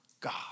God